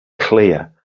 clear